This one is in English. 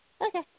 Okay